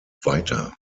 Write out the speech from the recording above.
weiter